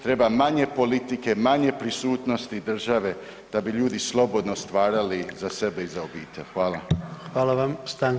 Treba manje politike, manje prisutnosti države da bi ljudi slobodno stvarali za sebe i za obitelj.